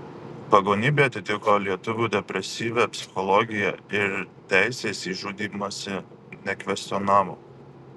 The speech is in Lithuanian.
pagonybė atitiko lietuvių depresyvią psichologiją ir teisės į žudymąsi nekvestionavo